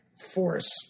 Force